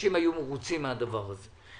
אנשים היו מרוצים מהדבר הזה.